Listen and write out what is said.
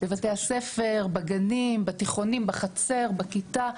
בבית הספר, בגנים, בתיכונים, בחצר, בכיתה.